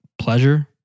pleasure